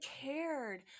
cared